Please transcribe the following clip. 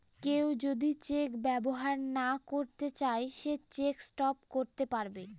কেউ যদি চেক ব্যবহার না করতে চাই সে চেক স্টপ করতে পারবে